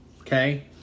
okay